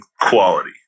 quality